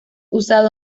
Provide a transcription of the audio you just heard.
usado